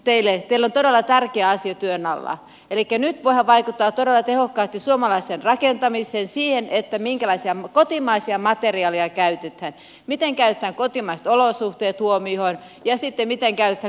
teillä on todella tärkeä asia työn alla elikkä nyt voidaan vaikuttaa todella tehokkaasti suomalaiseen rakentamiseen siihen minkälaisia kotimaisia materiaaleja käytetään miten otetaan kotimaiset olosuhteet huomioon ja miten käytetään kotimaista energiaa